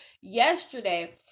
yesterday